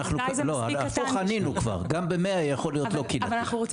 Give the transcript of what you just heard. מתי זה מספיק קטן.